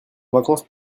vacances